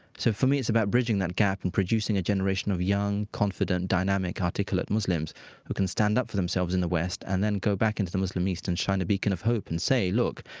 so for me, it's about bridging that gap and producing a generation of young, confident, dynamic, articulate muslims who can stand up for themselves in the west and then go back into the muslim east and shine a beacon of hope and say, look,